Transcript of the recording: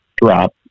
drop